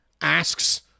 asks